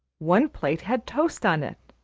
one plate had toast on it,